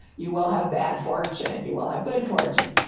you will have bad fortune. you will have good fortune.